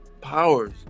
powers